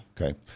okay